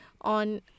on